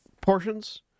portions